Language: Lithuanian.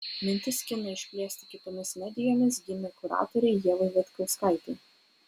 mintis kiną išplėsti kitomis medijomis gimė kuratorei ievai vitkauskaitei